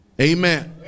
Amen